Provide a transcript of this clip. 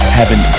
Heaven